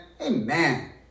Amen